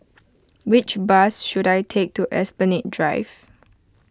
which bus should I take to Esplanade Drive